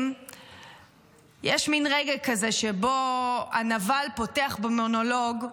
שיש מין רגע כזה שבו הנבל פותח במונולוג,